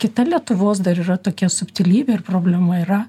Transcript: kita lietuvos dar yra tokia subtilybė ir problema yra